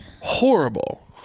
horrible